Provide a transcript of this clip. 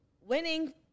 winning